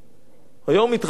היום התראיינתי מול נוצרי,